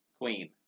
Queen